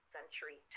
century